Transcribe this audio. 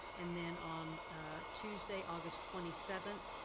and then, on tuesday, august twenty seventh,